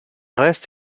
reste